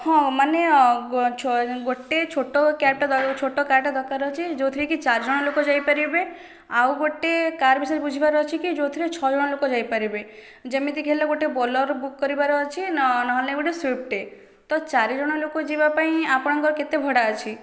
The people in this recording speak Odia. ହଁ ମାନେ ଗୋଟେ ଛୋଟ କ୍ୟାବଟେ ଛୋଟ କାରଟେ ଦରକାର ଅଛି ଯେଉଁଥିରେ କି ଚାରିଜଣ ଲୋକ ଯାଇପାରିବେ ଆଉଗୋଟେ କାର ବିଷୟରେ ବୁଝିବାର ଅଛି କି ଯେଉଁଥିରେ ଛଅଜଣ ଲୋକ ଯାଇପାରିବେ ଯେମିତିକି ହେଲେ ଗୋଟେ ବୋଲେରୋ ବୁକ୍ କରିବାର ଅଛି ନହେଲେ ଗୋଟେ ସ୍ଵିଫ୍ଟଟେ ତ ଚାରିଜଣ ଲୋକ ଯିବାପାଇଁ ଆପଣଙ୍କ କେତେ ଭଡା ଅଛି